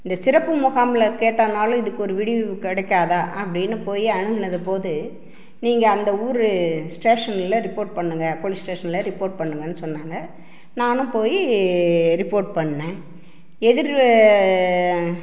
இந்த சிறப்பு முகாம்ல கேட்டான்னாலும் இதுக்கு ஒரு விடிவு கிடைக்காதா அப்படின்னு போய் அணுகினது போது நீங்கள் அந்த ஊர் ஸ்டேஷன்ல ரிப்போர்ட் பண்ணுங்க போலீஸ் ஸ்டேஷன்ல ரிப்போர்ட் பண்ணுங்கன்னு சொன்னாங்க நானும் போய் ரிப்போர்ட் பண்ணிணேன் எதிர்